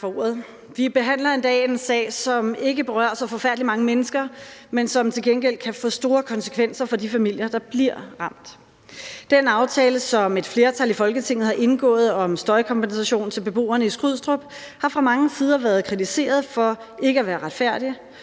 Vi behandler i dag en sag, som ikke berører så forfærdelig mange mennesker, men som til gengæld kan få store konsekvenser for de familier, der bliver ramt. Den aftale, som et flertal i Folketinget har indgået om støjkompensation til beboerne i Skrydstrup, har fra mange sider været kritiseret for ikke at være retfærdig,